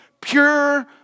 pure